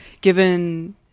given